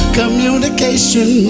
communication